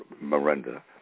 Miranda